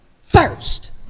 first